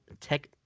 tech